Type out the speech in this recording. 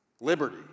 liberty